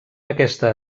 aquesta